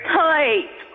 tight